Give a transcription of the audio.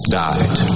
died